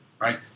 right